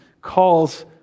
calls